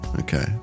Okay